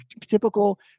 typical